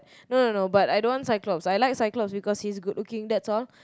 no no no but I don't want Cyclops I like Cyclops because he's good looking that's all